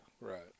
Right